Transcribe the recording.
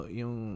yung